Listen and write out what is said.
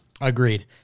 Agreed